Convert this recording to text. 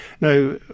Now